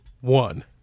one